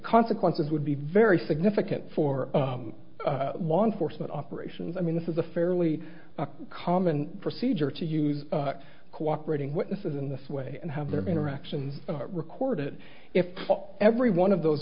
consequences would be very significant for law enforcement operations i mean this is a fairly common procedure to use cooperating witnesses in this way and have their interactions record it if every one of those